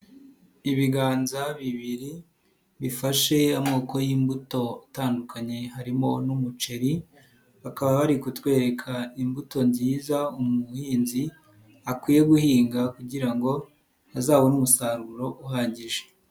Ibiganza bibiri bifashe amoko y'imbuto atandukanye harimo n'umuceri bakaba bari kutwereka imbuto nziza umuhinzi akwiye guhinga kugira ngo azabone umusaruro uhagije.